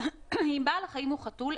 (ד)אם בעל החיים הוא חתול,